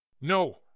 No